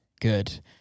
good